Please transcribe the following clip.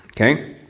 Okay